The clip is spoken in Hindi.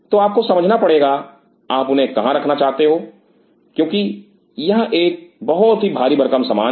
तो आपको समझना पड़ेगा आप उन्हें कहां रखना चाहते हो क्योंकि यह बहुत ही भारी भरकम सामान है